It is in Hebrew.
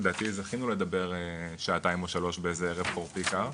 לדעתי זכינו לדבר שעתיים או שלוש באיזה בערב חורפי קר,